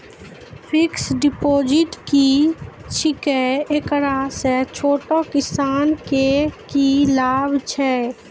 Fixed deposit की छिकै, एकरा से छोटो किसानों के की लाभ छै?